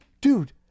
Dude